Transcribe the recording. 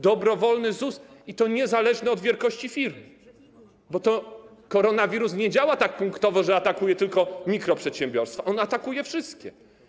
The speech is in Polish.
Dobrowolny ZUS, i to niezależnie od wielkości firmy, bo koronawirus nie działa punktowo, że atakuje tylko mikroprzedsiębiorstwa, on atakuje wszystkie.